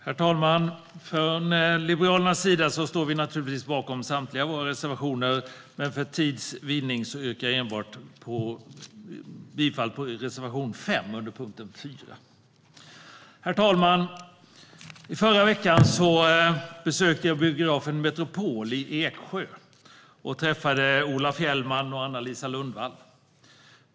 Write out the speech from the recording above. Herr talman! Vi från Liberalerna står naturligtvis bakom samtliga våra reservationer, men för tids vinnande yrkar jag bifall endast till reservation 5 under punkt 4. Herr talman! I förra veckan besökte jag biografen Metropol i Eksjö och träffade Ola Fjällman och Anna-Lisa Lundvall.